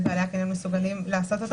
בעלי הקניונים יהיו מסוגלים לעשות את זה.